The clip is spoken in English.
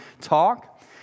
talk